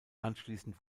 anschließend